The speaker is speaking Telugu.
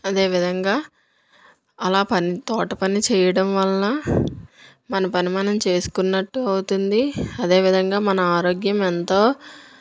అదే విధంగా అలా పని తోట పని చేయడం వలన మన పని మనం చేసుకున్నట్టు అవుతుంది అదే విధంగా మన ఆరోగ్యం ఎంతో